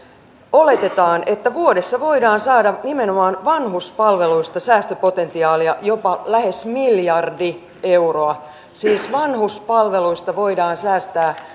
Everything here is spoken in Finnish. oletetaan että vuodessa voidaan saada nimenomaan vanhuspalveluista säästöpotentiaalia jopa lähes miljardi euroa siis vanhuspalveluista voidaan säästää